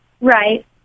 Right